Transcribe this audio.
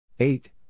Eight